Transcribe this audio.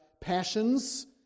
passions